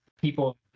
people